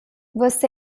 você